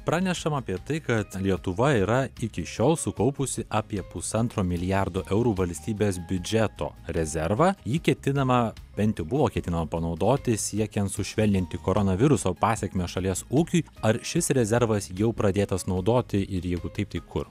pranešama apie tai kad lietuva yra iki šiol sukaupusi apie pusantro milijardo eurų valstybės biudžeto rezervą jį ketinama bent buvo ketinama panaudoti siekiant sušvelninti koronaviruso pasekmes šalies ūkiui ar šis rezervas jau pradėtas naudoti ir jeigu taip tai kur